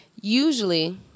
usually